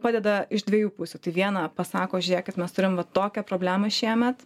padeda iš dviejų pusių tai viena pasako žiūrėkit mes turim va tokią problemą šiemet